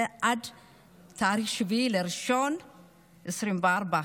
זה ב-7 בינואר 2024,